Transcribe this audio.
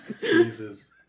Jesus